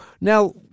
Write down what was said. now